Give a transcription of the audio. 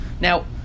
Now